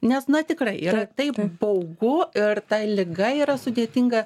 nes na tikrai yra taip baugu ir ta liga yra sudėtinga